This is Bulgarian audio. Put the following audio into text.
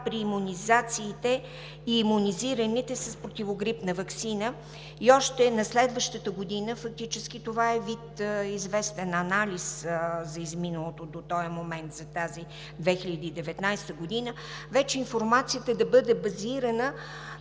при имунизациите и имунизираните с противогрипна ваксина и още на следващата година, фактически това е вид известен анализ за изминалото до този момент за тази 2019 г., информацията вече да бъде базирана